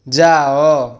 ଯାଅ